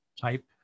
type